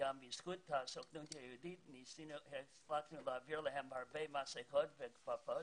בעזרת הסוכנות היהודית החלטנו להעביר להם הרבה מסכות וכפפות.